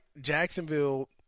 Jacksonville –